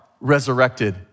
resurrected